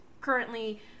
currently